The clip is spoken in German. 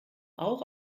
auch